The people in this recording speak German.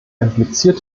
impliziert